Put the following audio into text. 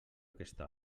aquesta